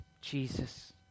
Jesus